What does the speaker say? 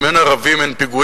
אם אין ערבים אין פיגועים,